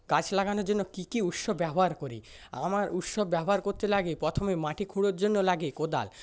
গাছ লাগানোর জন্য কী কী উৎস ব্যবহার করি আমার উৎস ব্যবহার করতে লাগে প্রথমে মাটি খোঁড়ার জন্য লাগে কোদাল